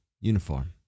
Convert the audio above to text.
uniform